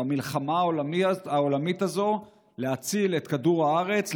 במלחמה העולמית הזאת להציל את כדור הארץ,